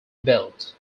belt